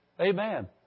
Amen